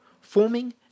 forming